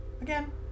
Again